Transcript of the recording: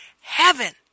heaven